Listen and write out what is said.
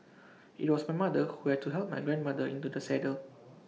IT was my mother who had to help my grandmother into the saddle